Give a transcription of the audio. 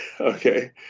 Okay